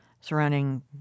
surrounding